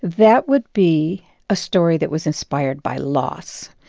that would be a story that was inspired by loss.